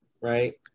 right